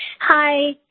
Hi